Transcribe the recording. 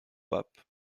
pape